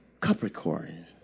Capricorn